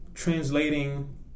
translating